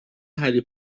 هری